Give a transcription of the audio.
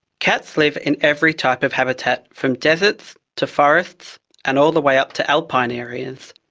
cats live in every type of habitat from deserts to forests and all the way up to alpine areas.